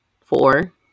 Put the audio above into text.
four